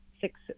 six